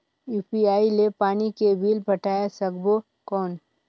UPI ले पानी के बिल पटाय सकबो कौन?